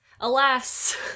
Alas